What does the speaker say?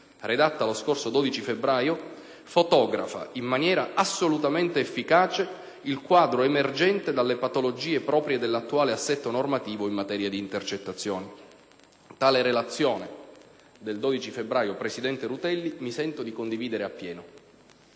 redatto lo scorso 12 febbraio, fotografa in maniera assolutamente efficace il quadro emergente dalle patologie proprie dell'attuale assetto normativo in materia di intercettazioni. Tale relazione del 12 febbraio, presidente Rutelli, mi sento di condividere appieno.